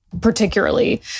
particularly